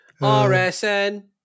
RSN